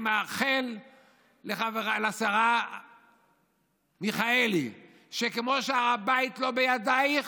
אני מאחל לשרה מיכאלי: כמו שהר הבית לא בידייך,